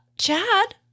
Chad